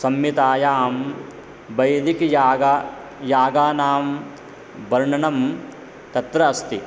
संहितायां वैदिकयागः यागानां वर्णनं तत्र अस्ति